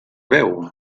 veu